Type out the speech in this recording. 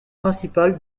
principal